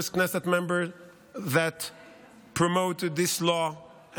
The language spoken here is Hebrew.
Knesset Member that promoted this law,